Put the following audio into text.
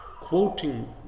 quoting